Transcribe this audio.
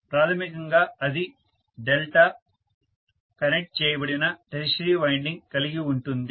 ప్రాథమికంగా అది delta connect చేయబడిన టెర్షియరీ వైండింగ్ కలిగి ఉంటుంది